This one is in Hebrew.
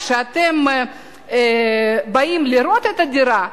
כשאתם באים לראות את הדירה,